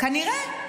כנראה.